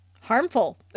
harmful